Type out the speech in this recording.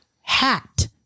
hat